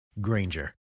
Granger